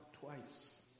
twice